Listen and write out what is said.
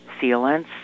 sealants